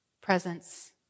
presence